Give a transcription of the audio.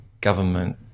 government